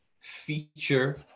feature